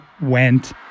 went